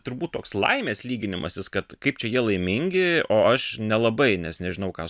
turbūt toks laimės lyginimasis kad kaip čia jie laimingi o aš nelabai nes nežinau ką